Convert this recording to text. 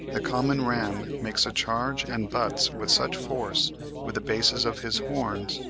the common ram makes a charge and butts with such force with the bases of his horns,